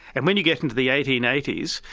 and when you get into the eighteen eighty s,